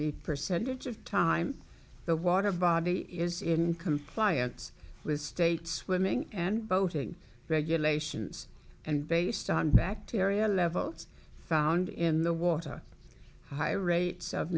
the percentage of time the water body is in compliance with states winning and boating regulations and based on bacteria levels found in the water high rates of